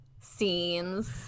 scenes